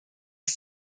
ich